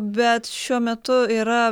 bet šiuo metu yra